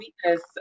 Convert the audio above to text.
sweetness